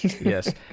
yes